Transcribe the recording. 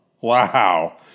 wow